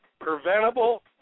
preventable